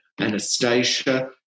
Anastasia